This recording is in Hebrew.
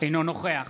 אינו נוכח